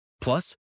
Plus